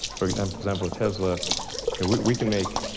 for um example, at tesla we can make